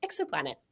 exoplanet